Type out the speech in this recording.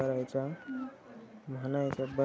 तुलना करुच्या उद्देशान रिटर्न्स नेहमी वार्षिक आसतत